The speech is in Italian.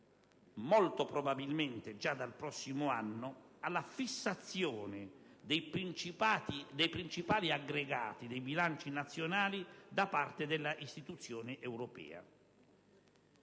molto probabilmente già dal prossimo anno, alla fissazione dei principali aggregati dei bilanci nazionali da parte delle istituzioni europee.